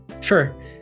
Sure